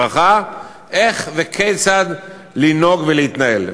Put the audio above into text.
איך וכיצד לנהוג ולהתנהל.